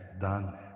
done